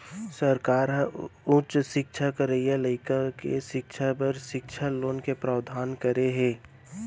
सरकार ह उच्च सिक्छा करइया लइका के सिक्छा बर सिक्छा लोन के प्रावधान करे हे